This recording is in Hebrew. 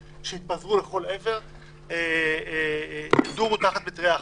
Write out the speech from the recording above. שהתפזרו לכל עבר וידורו תחת מטריה אחת.